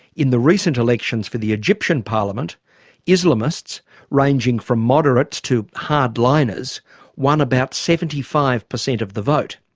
in the recent elections for the egyptian parliament islamists ranging from moderates to hard-liners won about seventy five per cent of the vote.